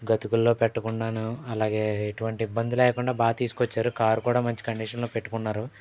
గతుకుల్లో పెట్టకుండాను అలాగే ఎటువంటి ఇబ్బంది లేకుండా బాగా తీసుకొచ్చారు కారు కూడా మంచి కండిషన్లో పెట్టుకున్నారు